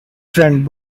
friend